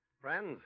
Friends